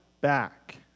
back